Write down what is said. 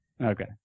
Okay